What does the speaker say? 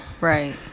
Right